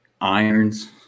irons